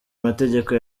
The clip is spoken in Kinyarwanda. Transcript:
mategeko